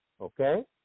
Okay